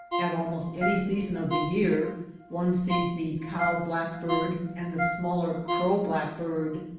at almost any season of the year one sees the cow-blackbird and the smaller crow-blackbird.